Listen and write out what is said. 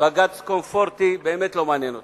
בג"ץ קונפורטי באמת לא מעניין אותך,